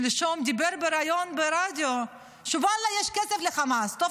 שלשום, אמר בריאיון ברדיו שוואללה, יש לחמאס כסף.